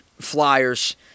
flyers